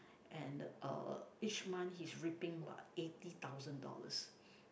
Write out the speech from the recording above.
and uh each month he's ripping but eighty thousand dollars